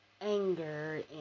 anger